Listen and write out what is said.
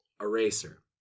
Eraser